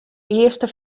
earste